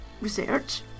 research